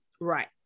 Right